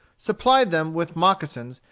supplied them with moccasons,